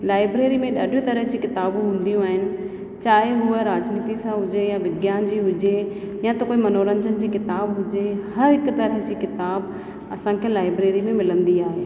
library में ॾाढियूं तरह जूं किताबूं हूंदियूं आहिनि चाहे हूअ राजनीति सां हुजे यां विज्ञान सां हुजे यां त कोई मनोरंजन जी किताबु हुजे हर हिक तरह जी किताबु असां खे लाएबरेरी में मिलंदी आहे